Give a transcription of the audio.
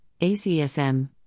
ACSM